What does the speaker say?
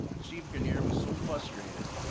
steve grenier was so frustrated,